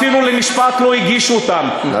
אפילו לא הגישו אותם למשפט.